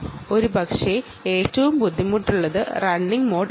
ഒരുപക്ഷേ ഏറ്റവും ബുദ്ധിമുട്ടുള്ളത് റണ്ണിംഗ് മോഡ് ആണ്